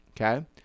okay